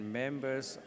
members